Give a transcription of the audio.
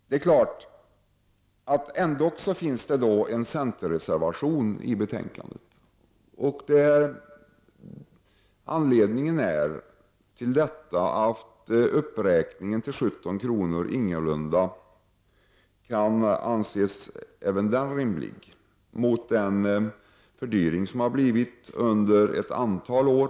Det finns ändock en centerreservation fogad till betänkandet. Anledningen till detta är att även uppräkningen till 17 kr. ingalunda kan anses rimlig mot bakgrund av den fördyring som har skett under ett antal år.